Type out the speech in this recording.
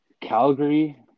Calgary